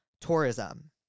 Tourism